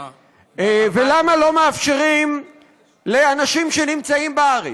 אה, ולמה לא מאפשרים לאנשים שנמצאים בארץ,